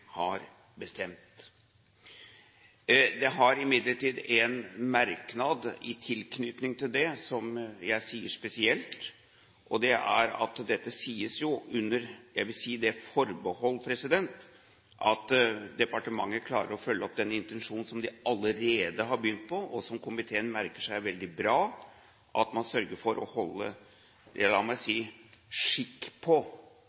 har bestemt. Man har imidlertid en merknad i tilknytning til det, som jeg sier spesielt, og det er at dette sies med – jeg vil si – det forbehold at departementet klarer å følge opp den intensjonen, slik de allerede har begynt på, og som komiteen merker seg er veldig bra og sørger for å holde – la meg si – skikk på